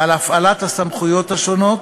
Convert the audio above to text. על הפעלת הסמכויות השונות,